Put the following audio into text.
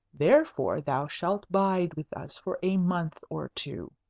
therefore thou shalt bide with us for a month or two.